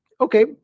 Okay